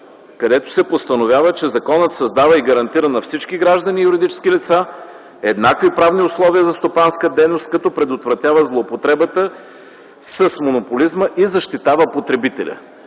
Където се постановява, че: „Законът създава и гарантира на всички граждани и юридически лица еднакви правни условия за стопанска дейност, като предотвратява злоупотребата с монополизма и защитава потребителя.”